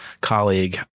colleague